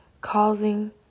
causing